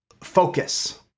focus